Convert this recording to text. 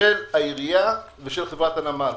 של העירייה ושל חברת הנמל.